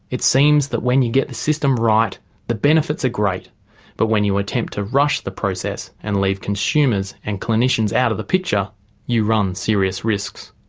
it seems that when you get the system right the benefits are great but when you attempt to rush the process and leave consumers and clinicians out of the picture you run serious risks.